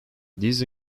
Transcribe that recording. these